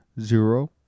zero